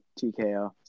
TKO